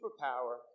superpower